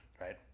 right